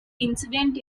incident